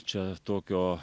čia tokio